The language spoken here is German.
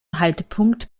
haltepunkt